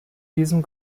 diesem